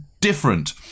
different